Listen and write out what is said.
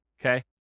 okay